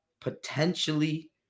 potentially